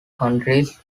countries